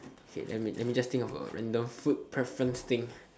okay let me let me just think of a random food preference thing